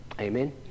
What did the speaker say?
Amen